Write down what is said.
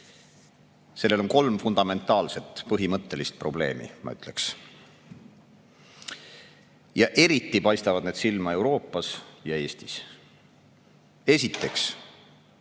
on kolm fundamentaalset, põhimõttelist probleemi, ma ütleks. Eriti paistavad need silma Euroopas ja Eestis. Esiteks,